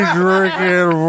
drinking